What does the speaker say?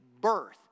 birth